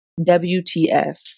WTF